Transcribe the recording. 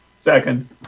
Second